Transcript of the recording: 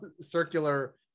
circular